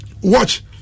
watch